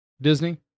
Disney